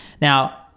now